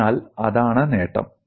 അതിനാൽ അതാണ് നേട്ടം